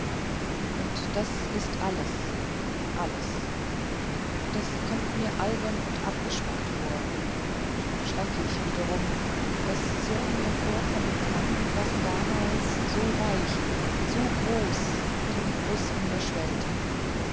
und das ist alles alles das kommt mir albern und abgeschmackt vor und schrecklich wiederum daß so mir vorkommen kann was damals so reich so groß die brust mir schwellte